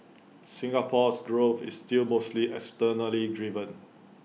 Singapore's growth is still mostly externally driven